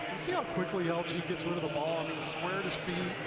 see how quickly l g. gets rid of the ball, squared his feet?